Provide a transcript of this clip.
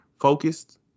focused